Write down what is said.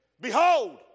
behold